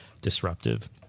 disruptive